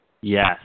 yes